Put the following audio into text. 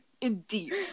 Indeed